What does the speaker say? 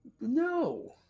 No